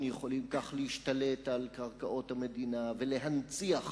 יכולים כך להשתלט על קרקעות המדינה ולהנציח